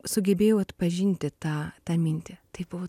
sugebėjau atpažinti tą tą mintį tai buvo